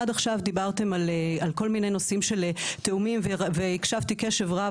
עד עכשיו דיברתם על כל מיני נושאים של תיאומים והקשבתי קשב רב